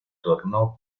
tornó